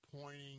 pointing